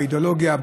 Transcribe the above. באידיאולוגיה,